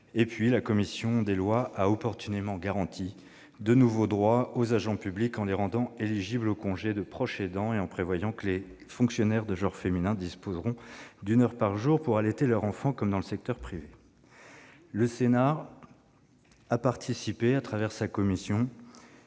Enfin, la commission des lois a opportunément garanti de nouveaux droits aux agents publics en les rendant éligibles au congé de proche aidant et en prévoyant que les fonctionnaires de genre féminin disposeront d'une heure par jour pour allaiter leur enfant, comme dans le secteur privé. Le Sénat a ainsi participé, au travers des